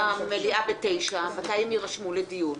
אם המליאה תיפתח ב-9:00 מתי הם יירשמו לדיון?